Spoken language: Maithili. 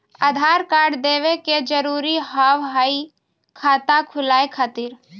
आधार कार्ड देवे के जरूरी हाव हई खाता खुलाए खातिर?